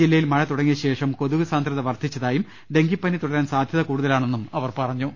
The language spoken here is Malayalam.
ജില്ലയിൽ മഴ തുടങ്ങിയശേഷം കൊതു കു സാന്ദ്രത വർദ്ധിച്ചതായും ഡെങ്കിപ്പനി പടരാൻ സാധ്യത കൂടുതലാണെന്നും അവർ പറഞ്ഞു